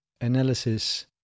Analysis